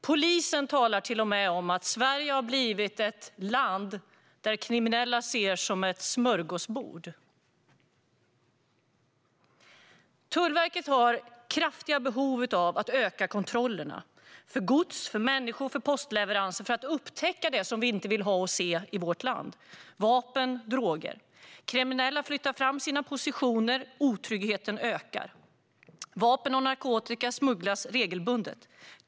Polisen talar till och med om att Sverige har blivit ett land som kriminella ser som ett smörgåsbord. Tullverket har kraftiga behov av att öka kontrollerna för gods, människor och postleveranser för att upptäcka det som vi inte vill ha och se i vårt land: vapen och droger. Kriminella flyttar fram sina positioner och otryggheten ökar. Vapen och narkotika smugglas regelbundet.